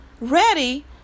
ready